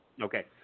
Okay